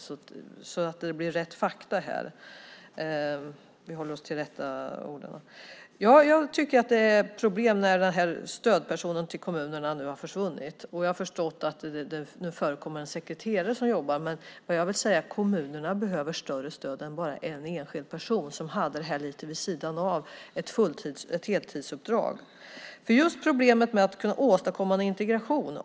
Jag säger det, så att det blir korrekt fakta här, så att vi håller oss till de rätta orden. Ja, jag tycker att det är problem när den här stödpersonen för kommunerna nu har försvunnit. Jag har förstått att det nu finns en sekreterare som jobbar. Men kommunerna behöver större stöd än bara en enskild person som har det här lite vid sidan av ett heltidsuppdrag. Jag tänker just på problemet med att kunna åstadkomma någon integration.